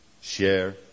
share